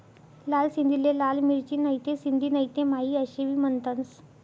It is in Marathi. लाल सिंधीले लाल मिरची, नहीते सिंधी नहीते माही आशे भी म्हनतंस